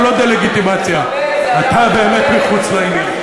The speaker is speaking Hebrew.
אתה לא דה-לגיטימציה, אתה באמת מחוץ לעניין.